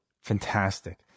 fantastic